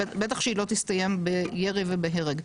ובטח שהיא לא תסתיים בירי ובהרג.